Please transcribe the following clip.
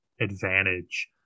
advantage